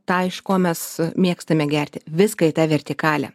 tą iš ko mes mėgstame gerti viską į tą vertikalę